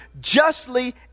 justly